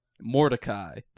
Mordecai